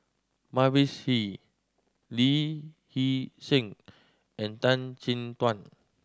Mavis Hee Lee Hee Seng and Tan Chin Tuan